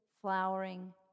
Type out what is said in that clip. flowering